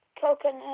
coconut